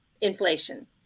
inflation